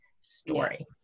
story